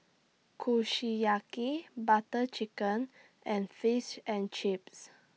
Kushiyaki Butter Chicken and Fish and Chips